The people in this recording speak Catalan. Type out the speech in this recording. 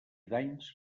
danys